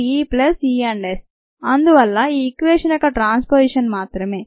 EtEES అందువల్ల ఈ equation యొక్క ట్రాన్స్ పొజిషన్ మాత్రమే